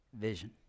vision